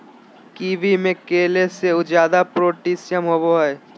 kiwi में केले से ज्यादा पोटेशियम होबो हइ